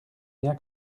bien